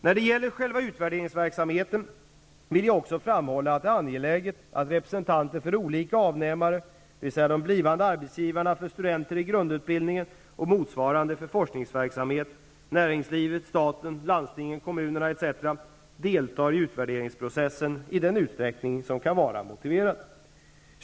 När det gäller själva utvärderingsverksamheten vill jag också framhålla att det är angeläget att representanter för olika avnämare, dvs. de blivande arbetsgivarna för studenter i grundutbildningen och motsvarande för forskningsverksamhet -- näringslivet, staten, landstingen, kommunerna etc. -- deltar i utvärderingsprocessen i den utsträckning som kan vara motiverat. Herr talman!